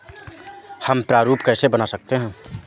हम प्रारूप कैसे बना सकते हैं?